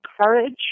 courage